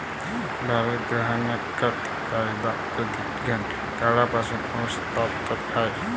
भारतात गहाणखत कायदा प्रदीर्घ काळापासून अस्तित्वात आहे